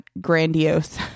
grandiose